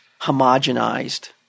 homogenized